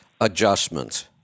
adjustments